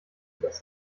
das